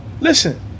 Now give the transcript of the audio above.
listen